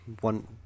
one